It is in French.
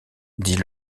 dit